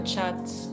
Chats